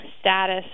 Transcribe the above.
status